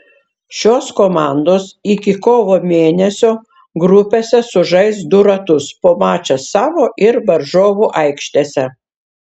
šios komandos iki kovo mėnesio grupėse sužais du ratus po mačą savo ir varžovų aikštėse